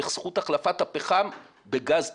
בזכות החלפת הפחם בגז טבעי.